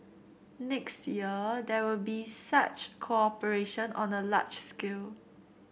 next year there will be such cooperation on a large scale